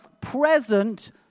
present